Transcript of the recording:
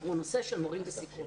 הוא הנושא של מורים בסיכון.